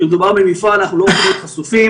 כשמדובר במפעל אנחנו לא רוצים להיות חשופים,